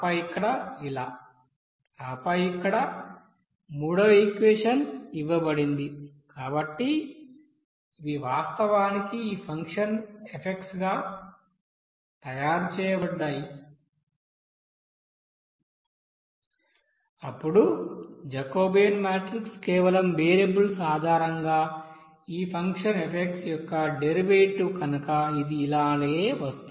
ఆపై ఇక్కడ ఆపై ఇక్కడ మూడవఈక్వెషన్ ఇవ్వబడింది కాబట్టి ఇవి వాస్తవానికి ఈ ఫంక్షన్ F గా తయారు చేయబడ్డాయి అప్పుడు జాకోబియన్ మాట్రిక్ కేవలం వేరియబుల్స్ ఆధారంగా ఈ ఫంక్షన్ F యొక్క డెరివేటివ్ కనుక ఇది ఇలాగే వస్తుంది